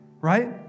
Right